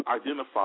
identify